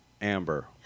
Amber